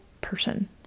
person